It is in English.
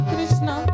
Krishna